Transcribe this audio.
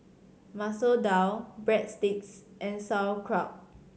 Masoor Dal Breadsticks and Sauerkraut